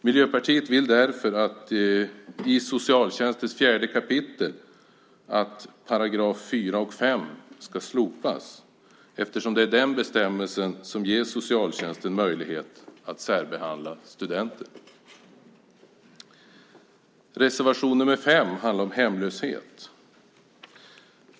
Miljöpartiet vill därför att socialtjänstlagens 4 kap. 4-5 §§ ska slopas, eftersom det är den bestämmelsen som ger socialtjänsten möjlighet att särbehandla studenter. Reservation nr 5 handlar om hemlöshet.